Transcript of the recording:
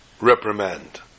reprimand